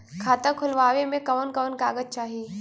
खाता खोलवावे में कवन कवन कागज चाही?